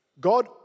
God